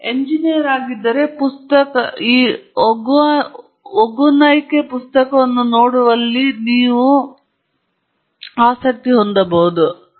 ನೀವು ಎಂಜಿನಿಯರ್ ಆಗಿದ್ದರೆ ಪುಸ್ತಕವನ್ನು ನೋಡುವಲ್ಲಿ ನೀವು ನಿಜವಾಗಿಯೂ ಆಸಕ್ತಿ ಹೊಂದಿರಬಹುದು